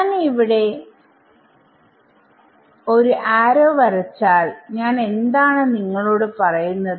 ഞാൻ ഇവിടെ ശരം വരച്ചാൽ ഞാൻ എന്താണ് നിങ്ങളോട് പറയുന്നത്